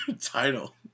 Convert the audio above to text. title